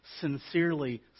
sincerely